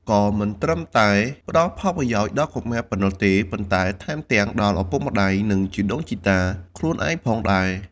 ក៏មិនត្រឹមតែផ្តល់ផលប្រយោជន៍ដល់កុមារប៉ុណ្ណោះទេ ប៉ុន្តែថែមទាំងដល់ឪពុកម្តាយ និងជីដូនជីតាខ្លួនឯងផងដែរ។